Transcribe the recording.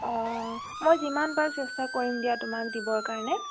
অঁ মই যিমান পাৰোঁ চেষ্টা কৰিম দিয়া তোমাক দিবঁ কাৰণে